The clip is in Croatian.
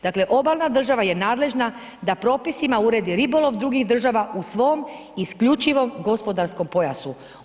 Dakle, obalna država je nadležna da propisima uredi ribolov drugih država u svom isključivom gospodarskom pojasu.